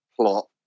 plot